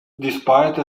despite